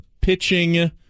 pitching